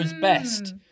best